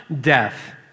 death